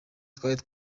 twari